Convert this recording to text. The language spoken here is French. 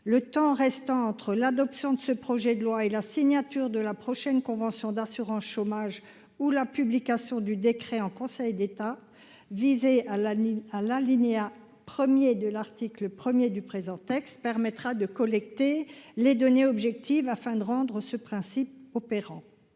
le temps restant entre l'adoption de ce projet de loi et la signature de la prochaine convention d'assurance chômage ou la publication du décret en Conseil d'État visé à la ligne à l'alinéa 1er de l'article 1er du présent texte permettra de collecter les données objectives afin de rendre ce principe opérant